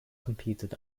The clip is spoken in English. competed